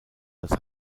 als